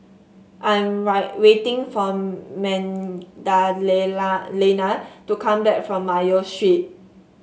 I'm waiting for to come back from Mayo Street